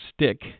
stick